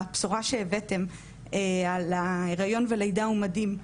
הבשורה שהבאתם על היריון ולידה ומדים,